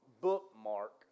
bookmark